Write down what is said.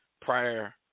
prior